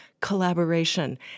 collaboration